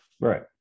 Right